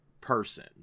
person